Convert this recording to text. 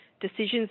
decisions